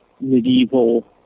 medieval